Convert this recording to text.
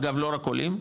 אגב לא רק עולים,